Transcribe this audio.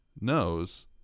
knows